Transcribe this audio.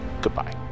Goodbye